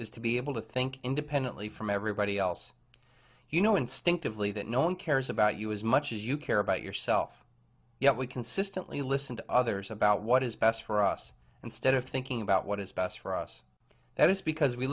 is to be able to think independently from everybody else you know instinctively that no one cares about you as much as you care about yourself yet we consistently listen to others about what is best for us and stead of thinking about what is best for us that is because we